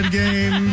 game